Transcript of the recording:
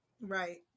Right